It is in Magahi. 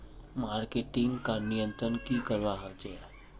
मार्केटिंग का नियंत्रण की करवा होचे?